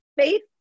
faith